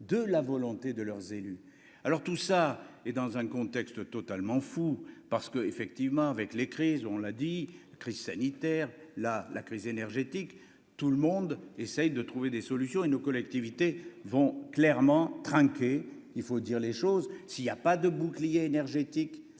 de la volonté de leurs élus, alors tout ça et dans un contexte totalement fou parce que, effectivement, avec les crises, on l'a dit Chris sanitaire la la crise énergétique, tout le monde essaye de trouver des solutions et nos collectivités vont clairement trinquer, il faut dire les choses, s'il y a pas de bouclier énergétique